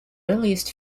earliest